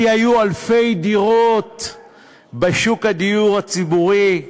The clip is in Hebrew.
כי היו אלפי דירות בשוק הדיור הציבורי.